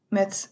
met